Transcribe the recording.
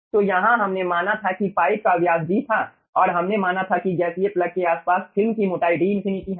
तो यहाँ हमने माना था कि पाइप का व्यास D था और हमने माना था कि गैसीय प्लग के आसपास फिल्म की मोटाई D∞ है